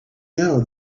now